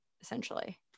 essentially